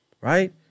Right